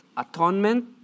Atonement